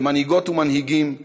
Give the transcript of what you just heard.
כמנהיגות ומנהיגים,